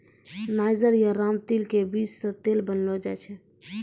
niger या रामतिल के बीज सॅ तेल बनैलो जाय छै